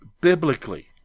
biblically